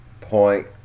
point